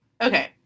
Okay